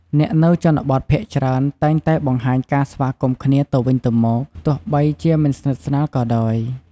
អ្នកនៅជនបទភាគច្រើនតែងតែបង្ហាញការស្វាគមន៍គ្នាទៅវិញទៅមក ទោះបីជាមិនស្និទ្ធស្នាលក៏ដោយ។